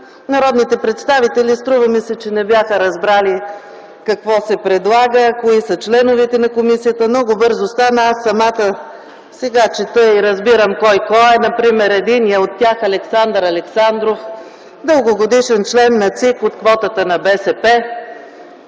народните представители, струва ми се, че не бяха разбрали какво се предлага, кои са членовете на комисията. Много бързо стана. Аз самата сега чета и разбирам кой-кой е. Например за единият от тях – Александър Александров, дългогодишен член на ЦИК от квотата на БСП,